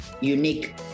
unique